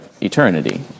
eternity